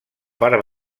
part